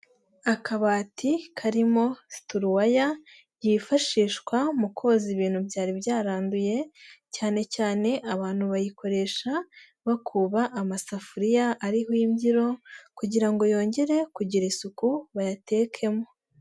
Akabati karimo situruwaya yifashishwa mu koza ibintu byari byaranduye, cyane cyane abantu bayikoresha bakuba amasafuriya ariho imbyiro kugira ngo yongere kugira isuku bayatekemo.